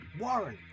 Warren